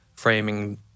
framing